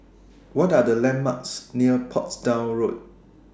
What Are The landmarks near Portsdown Road